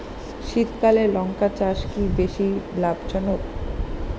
শীতকালে লঙ্কা চাষ কি বেশী লাভজনক?